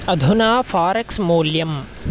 अधुना फ़ारेक्स् मौल्यम्